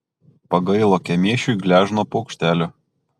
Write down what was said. pagailo kemėšiui gležno paukštelio